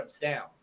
down